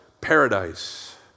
paradise